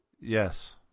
Yes